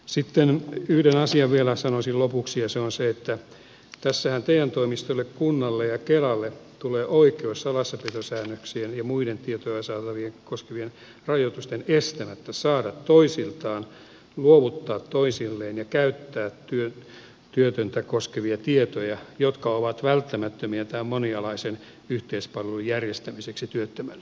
sitten yhden asian vielä sanoisin lopuksi ja se on se että tässähän te toimistolle kunnalle ja kelalle tulee oikeus salassapitosäännöksien ja muiden tiedonsaantia koskevien rajoitusten estämättä saada toisiltaan luovuttaa toisilleen ja käyttää työtöntä koskevia tietoja jotka ovat välttämättömiä tämän monialaisen yhteispalvelun järjestämiseksi työttömälle